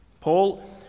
Paul